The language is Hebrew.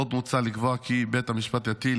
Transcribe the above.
עוד מוצע לקבוע כי בית המשפט יטיל